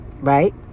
right